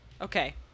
Okay